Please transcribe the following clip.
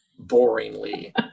boringly